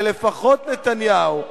הרי לפחות נתניהו,